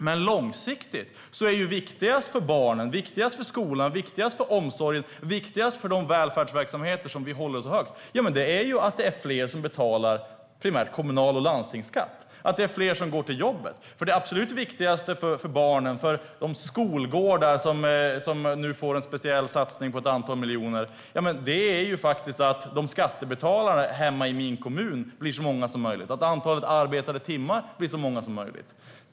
Men långsiktigt är det viktigaste för barnen, skolan, omsorgen och de välfärdsverksamheter som vi håller så högt att fler betalar primärt kommunal och landstingsskatt, att fler går till jobbet. Det absolut viktigaste för att kunna satsa på de skolgårdar som nu får en speciell satsning på ett antal miljoner är att skattebetalarna i kommunerna blir så många som möjligt och att antalet arbetade timmar blir så stort som möjligt.